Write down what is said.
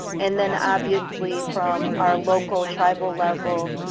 and then, obviously, from our local tribal level,